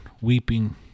weeping